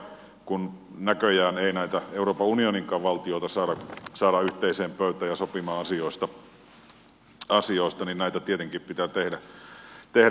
totta kai kun näköjään ei näitä euroopan unioninkaan valtioita saada yhteiseen pöytään ja sopimaan asioista näitä tietenkin pitää tehdä